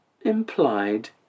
Implied